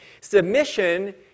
Submission